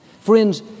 Friends